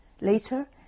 Later